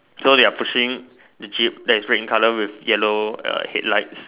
so they are pushing the jeep that is red in color with yellow err headlights